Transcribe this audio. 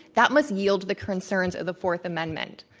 that must yield to the concerns of the fourth amendment.